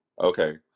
Okay